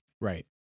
Right